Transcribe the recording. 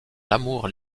l’amour